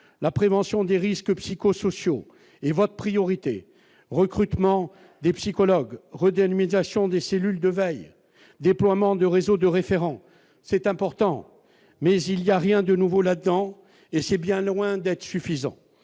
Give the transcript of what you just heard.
la prévention des risques psychosociaux et votre priorité des psychologues Redden migration des cellules de veille déploiement de réseaux de référence, c'est important, mais il y a rien de nouveau là-dedans et c'est bien loin d'être suffisant,